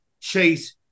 Chase